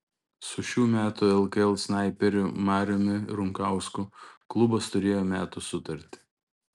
su šių metų lkl snaiperiu mariumi runkausku klubas turėjo metų sutartį